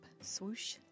swoosh